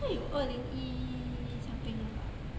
应该有二零一 something one bah